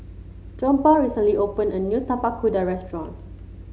Johnpaul recently opened a new Tapak Kuda restaurant